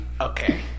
Okay